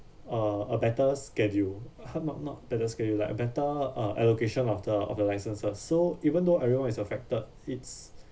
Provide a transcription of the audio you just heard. uh a better schedule ha~ not not better schedule like a better uh allocation of the of your licences so even though everyone is affected it's